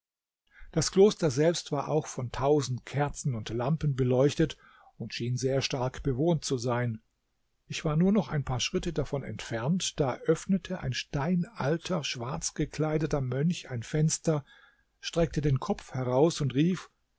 das kloster selbst war auch von tausend kerzen und lampen beleuchtet und schien sehr stark bewohnt zu sein ich war nur noch ein paar schritte davon entfernt da öffnete ein steinalter schwarz gekleideter mönch ein fenster steckte den kopf heraus und rief